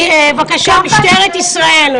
ככה נראית כנסת ישראל.